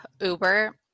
Uber